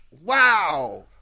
Wow